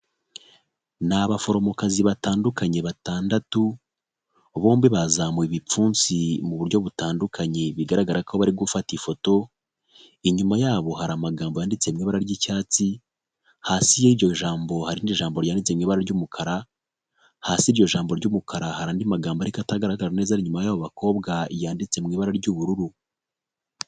Ni abaforomokazi batandukanye batandatu, bombi bazamuye ibipfunsi mu buryo butandukanye bigaragara ko bari gufata ifoto, inyuma ya bo hari amagambo yanditse mu ibara ry'icyatsi, hasi y'iryo jambo harindi jambo ryanditse mu ibara ry'umukara, hasi y'iryo jambo ry'umukara, hari andi magambo ariko atagaragara neza ari inyuma y'abo bakobwa yanditse mu ibara ry'ubururu.